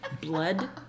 Blood